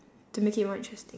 to make it more interesting